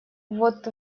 вот